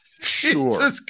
sure